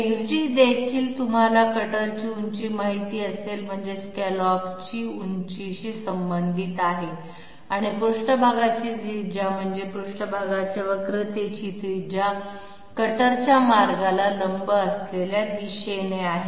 XD देखील तुम्हाला कटरची उंची माहित असेल म्हणजे स्कॅलॉपची उंचीशी संबंधित आहे आणि पृष्ठभागाची त्रिज्या म्हणजे पृष्ठभागाच्या वक्रतेची त्रिज्या कटरच्या मार्गाला लंब असलेल्या दिशेने आहे